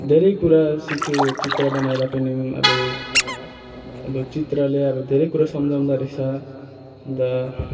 धेरै कुराहरू सिक्यो चित्र बनाएर पनि अब अब चित्रले अब धेरै कुरा सम्झाउँदा रहेछ अन्त